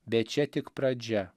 bet čia tik pradžia